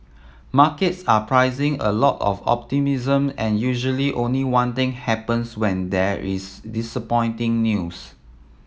markets are pricing a lot of optimism and usually only one thing happens when there is disappointing news